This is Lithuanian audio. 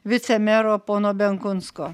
vicemero pono benkunsko